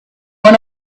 one